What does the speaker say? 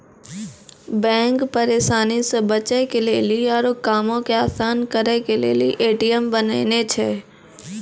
bank परेशानी से बचे के लेली आरु कामो के असान करे के लेली ए.टी.एम बनैने छै